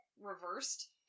reversed